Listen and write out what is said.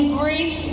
grief